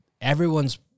everyone's